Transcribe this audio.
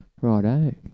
Righto